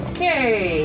Okay